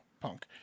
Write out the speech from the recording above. punk